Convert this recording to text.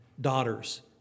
daughters